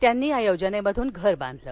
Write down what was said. त्यांनी या योजनेतून घर बांधलं